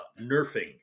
nerfing